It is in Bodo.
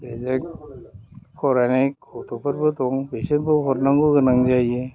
बेजों फरायनाय गथ'फोरबो दं बिसोरनोबो हरनांगौ गोनां जायो